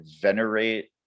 venerate